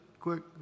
quick